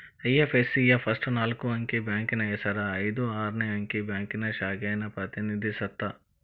IFSC ಯ first ನಾಕ್ ಅಂಕಿ ಬ್ಯಾಂಕಿನ್ ಹೆಸರ ಐದ್ ಆರ್ನೆ ಅಂಕಿ ಬ್ಯಾಂಕಿನ್ ಶಾಖೆನ ಪ್ರತಿನಿಧಿಸತ್ತ